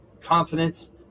confidence